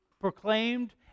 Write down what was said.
proclaimed